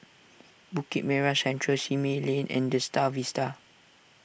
Bukit Merah Central Simei Lane and the Star Vista